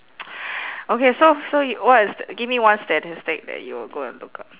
okay so so what is give me one statistic that you will go and look up